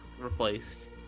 replaced